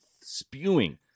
spewing